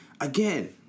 Again